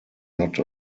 not